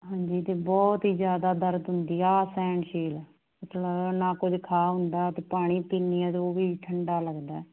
ਹਾਂਜੀ ਅਤੇ ਬਹੁਤ ਹੀ ਜ਼ਿਆਦਾ ਦਰਦ ਹੁੰਦੀ ਆ ਅਸਹਿਣਸ਼ੀਲ ਮਤਲਬ ਨਾ ਕੁਝ ਖਾ ਹੁੰਦਾ ਅਤੇ ਪਾਣੀ ਪੀਂਦੀ ਹਾਂ ਤਾਂ ਉਹ ਵੀ ਠੰਡਾ ਲੱਗਦਾ